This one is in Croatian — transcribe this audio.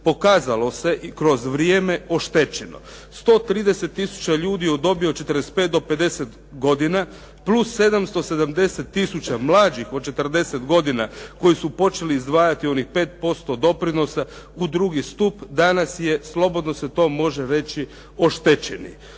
pokazalo se i kroz vrijeme oštećeno. 130 tisuća ljudi u dobi od 45 do 50 godina plus 770 tisuća mlađih od 40 godina koji su počeli izdvajati onih 5% doprinosa u drugi stup danas je slobodno se to može reći oštećeni.